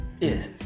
yes